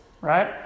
Right